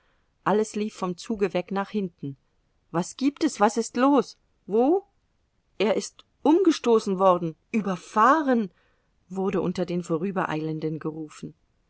alles lief vom zuge weg nach hinten was gibt es was ist los wo er ist umgestoßen worden überfahren wurde unter den vorübereilenden gerufen